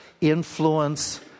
influence